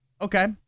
okay